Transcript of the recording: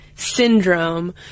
syndrome